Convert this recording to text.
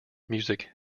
music